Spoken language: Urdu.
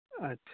اچھا